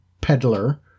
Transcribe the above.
peddler